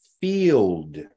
field